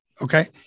okay